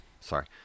Sorry